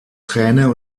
trainer